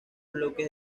bloques